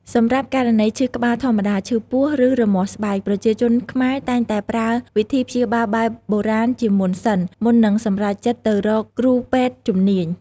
សម្រាប់ករណីឈឺក្បាលធម្មតា ឈឺពោះ ឬរមាស់ស្បែក ប្រជាជនខ្មែរតែងតែប្រើវិធីព្យាបាលបែបបុរាណជាមុនសិន មុននឹងសម្រេចចិត្តទៅរកគ្រូពេទ្យជំនាញ។